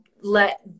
let